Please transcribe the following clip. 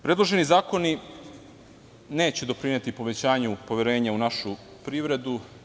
Predloženi zakoni neće doprineti povećanju u našu privredu.